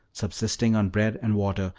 subsisting on bread and water,